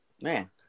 man